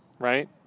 Right